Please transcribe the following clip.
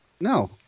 No